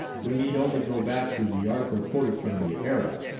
we need only go back to the article quoted from the era,